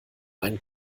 ein